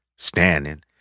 standing